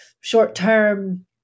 short-term